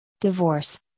Divorce